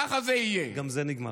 גם זה נגמר.